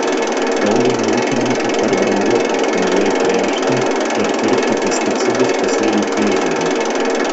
daugumai ūkininkų per brangu optimaliai tręšti ir pirkti pesticidus pasėlių priežiūrai